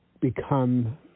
become